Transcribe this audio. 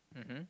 mmhmm